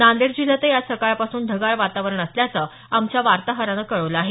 नांदेड जिल्ह्यातही आज सकाळपासून ढगाळ वातावरण असल्याचं आमच्या वार्ताहरानं कळवल आहे